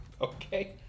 Okay